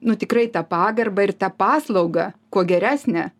nu tikrai tą pagarbą ir tą paslaugą kuo geresnę